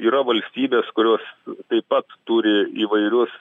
yra valstybės kurios taip pat turi įvairius